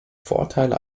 vorteile